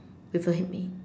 with a hit me